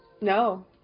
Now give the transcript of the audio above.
No